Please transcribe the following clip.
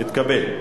התקבלו.